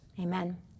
amen